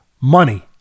Money